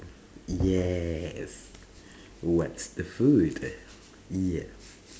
yes what's the food yeah